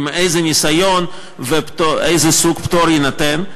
איזה ניסיון נדרש ואיזה סוג פטור יינתן.